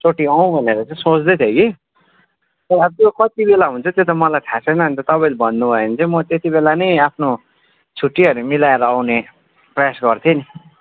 चोटि आऊँ भनेर चाहिँ सोच्दैथिएँ कि त्यो अब त्यो कति बेला हुन्छ त्यो त मलाई थाहा छैन नि त तपाईँले भन्नुभयो भने चाहिँ म त्यति बेला नै आफ्नो छुट्टीहरू मिलाएर आउने प्रयास गर्थेँ नि